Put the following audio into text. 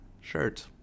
shirt